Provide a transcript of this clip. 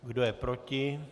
Kdo je proti?